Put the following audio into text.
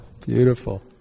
beautiful